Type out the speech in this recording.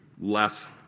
less